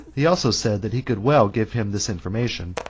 he also said that he could well give him this information,